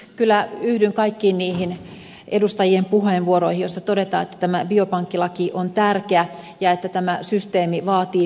kyllä yhdyn kaikkiin niihin edustajien puheenvuoroihin joissa todetaan että tämä biopankkilaki on tärkeä ja että tämä systeemi vaatii pelisäännöt